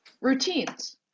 routines